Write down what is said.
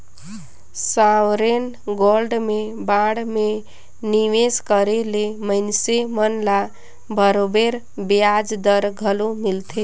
sovereign gold में bond में निवेस करे ले मइनसे मन ल बरोबेर बियाज दर घलो मिलथे